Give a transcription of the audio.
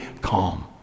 calm